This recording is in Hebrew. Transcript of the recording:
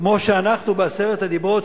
כמו שאנחנו בעשרת הדיברות,